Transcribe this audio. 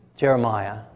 Jeremiah